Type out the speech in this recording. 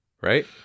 right